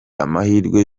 amahirwe